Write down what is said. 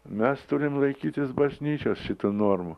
mes turim laikytis bažnyčios šitų normų